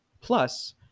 plus